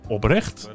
Oprecht